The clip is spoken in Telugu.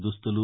దుస్తులు